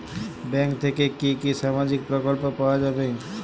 Bank থেকে কি কি সামাজিক প্রকল্প পাওয়া যাবে?